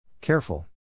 Careful